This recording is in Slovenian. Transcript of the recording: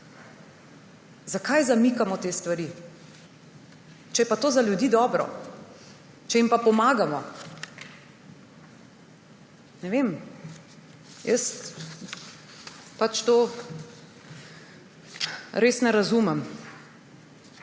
Zakaj zamikamo te stvari, če je pa to za ljudi dobro, če jim pomagamo? Ne vem, jaz tega res ne razumem.